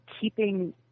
keeping